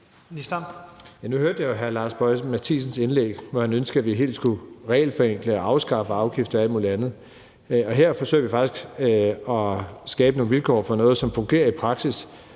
Nu hørte jeg jo hr. Lars Boje Mathiesens indlæg, hvor han ønskede, at vi helt skulle regelforenkle og afskaffe afgifter og alt muligt andet. Her forsøger vi faktisk at skabe nogle vilkår for noget, som fungerer i praksis,